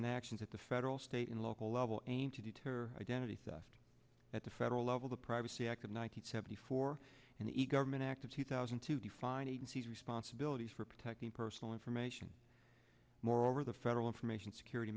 and actions at the federal state and local level aimed to deter identity theft at the federal level the privacy act of one nine hundred seventy four and the government act of two thousand to define agencies responsibilities for protecting personal information moreover the federal information security